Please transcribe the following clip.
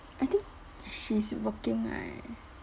I think she's working right